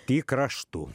tik raštu